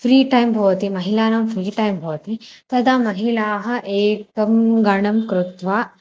free time भवति महिलानां free time भवति तदा महिलाः एकं गणं कृत्वा